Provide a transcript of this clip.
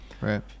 Right